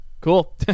cool